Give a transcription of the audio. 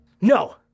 no